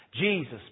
Jesus